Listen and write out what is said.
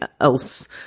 else